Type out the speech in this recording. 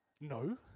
No